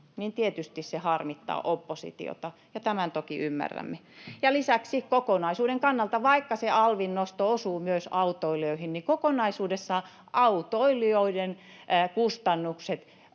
tietysti harmittaa oppositiota, ja tämän toki ymmärrämme. Lisäksi kokonaisuuden kannalta, vaikka alvin nosto osuu myös autoilijoihin, niin kokonaisuudessaan autoilijoiden kustannukset